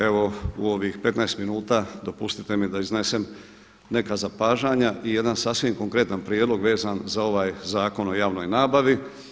Evo u ovih 15 minuta dopustite mi da iznesem neka zapažanja i jedan sasvim konkretan prijedlog vezan za ovaj Zakon o javnoj nabavi.